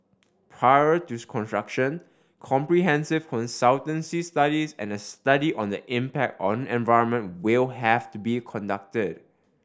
prior to construction comprehensive consultancy studies and a study on the impact on environment will have to be conducted